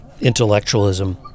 intellectualism